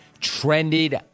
trended